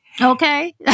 Okay